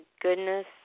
goodness